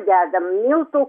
dedam miltų